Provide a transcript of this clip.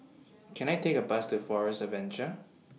Can I Take A Bus to Forest Adventure